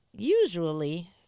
Usually